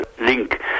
link